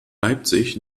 leipzig